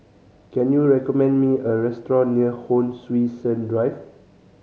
can you recommend me a restaurant near Hon Sui Sen Drive